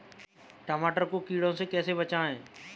टमाटर को कीड़ों से कैसे बचाएँ?